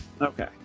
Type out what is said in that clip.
Okay